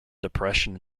depression